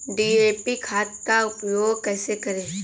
DAP खाद का उपयोग कैसे करें?